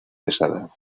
pesada